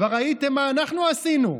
כבר ראיתם מה אנחנו עשינו.